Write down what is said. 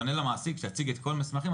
פונה למעסיק שיציג את כל המסמכים,